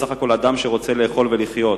הוא בסך הכול אדם שרוצה לאכול ולחיות.